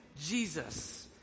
Jesus